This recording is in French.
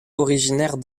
originaire